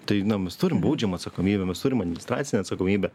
tai na mes turim baudžiamą atsakomybę mes turim administracinę atsakomybę